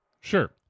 Sure